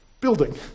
building